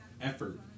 effort